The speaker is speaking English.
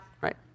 right